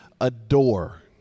adore